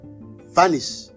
vanish